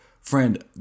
friend